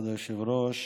כבוד היושב-ראש,